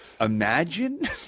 Imagine